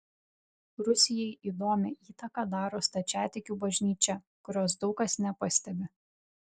rusijai įdomią įtaką daro stačiatikių bažnyčia kurios daug kas nepastebi